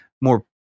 more